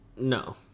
No